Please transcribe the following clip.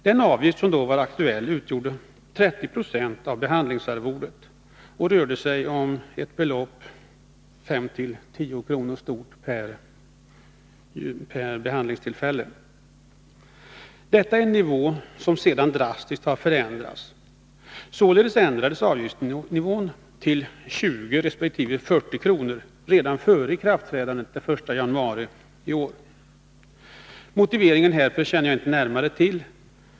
Den avgift som då var aktuell utgjorde 30 26 av behandlingsarvodet, och det rörde sig om ett beloppi storleksordningen 5-10 kr. per behandlingstillfälle. Denna nivå har sedan drastiskt förändrats. Således ändrades avgiftsnivån till 20 resp. 40 kr. redan före ikraftträdandet den 1 januari i år. Motiveringen känner jag inte närmare till.